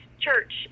church